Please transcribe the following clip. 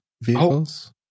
vehicles